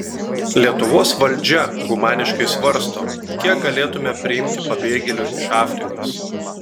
lietuvos valdžia humaniškai svarsto kiek galėtumėme priimti pabėgėlių iš afrikos